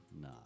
Nah